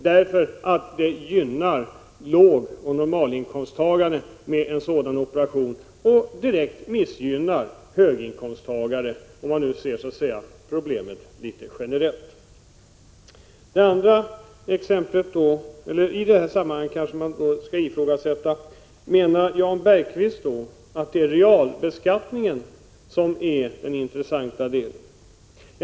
En sådan operation gynnar nämligen lågoch normalinkomsttagarna och missgynnar direkt höginkomsttagare, om man ser problemet litet generellt. I detta sammanhang kanske man skall ifrågasätta om Jan Bergqvist menar att det är realbeskattningen som är den intressanta delen.